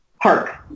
park